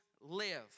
live